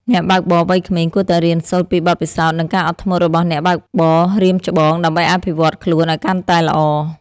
អ្នកបើកបរវ័យក្មេងគួរតែរៀនសូត្រពីបទពិសោធន៍ និងការអត់ធ្មត់របស់អ្នកបើកបររៀមច្បង ដើម្បីអភិវឌ្ឍខ្លួនឱ្យកាន់តែល្អ។